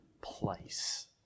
place